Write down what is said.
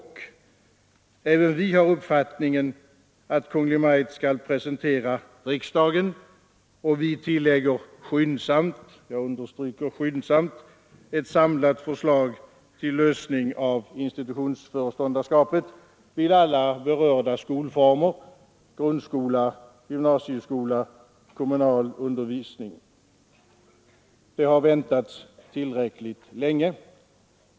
Även vi har 133 uppfattningen, att Kungl. Maj:t bör presentera riksdagen — och vi tillägger ordet skyndsamt, och jag understryker det ordet — ett samlat förslag till lösning av frågan om institutionsföreståndarskapet vid alla berörda skolformer: grundskola, gymnasieskola samt kommunal undervisning. Det har väntats tillräckligt länge.